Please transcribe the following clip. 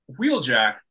Wheeljack